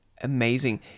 amazing